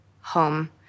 home